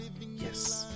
Yes